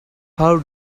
how